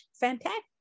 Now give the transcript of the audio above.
fantastic